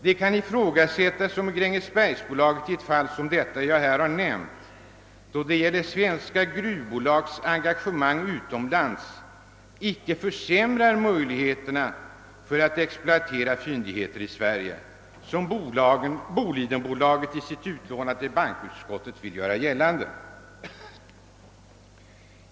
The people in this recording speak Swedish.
Det kan ifrågasättas om inte Grängesbergsbolaget i ett fall som detta, då det gäller svenska gruvbolags engagemang utomlands, försämrar möjligheterna att exploatera fyndigheter i Sverige, såsom Bolidenbolaget i sitt yttrande till bankoutskottet vill göra gällande.